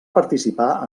participar